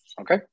Okay